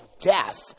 death